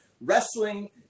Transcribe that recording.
Wrestling